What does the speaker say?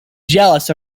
jealous